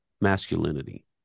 masculinity